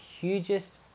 hugest